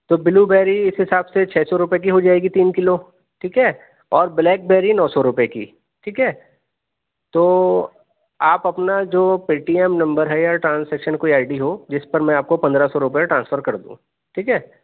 تو blueberry اِس حساب سے چھ سو روپے کی ہو جائے گی تین کلو ٹھیک ہے اور بلیک بیری نو سو روپے کی ٹھیک ہے تو آپ اپنا جو پے ٹی ایم نمبر ہے یا ٹرائنس زیکشن کوئی آئی ڈی ہو جس پر میں آپ کو پندرہ سو روپے ٹرانسفر کر دوں ٹھیک ہے